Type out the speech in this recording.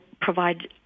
provide